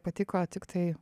patiko tiktai